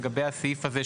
לגבי הסעיף הזה,